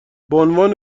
بعنوان